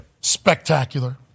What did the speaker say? spectacular